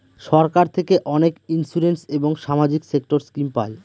সরকার থেকে অনেক ইন্সুরেন্স এবং সামাজিক সেক্টর স্কিম পায়